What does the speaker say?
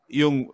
yung